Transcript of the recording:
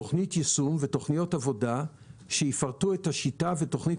תוכנית יישום ותוכניות עבודה שיפרטו את השיטה ותוכנית